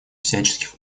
всяческих